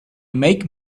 make